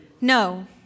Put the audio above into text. No